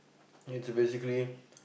it's basically